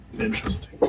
interesting